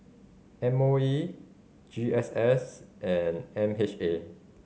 M O E G S S and M H A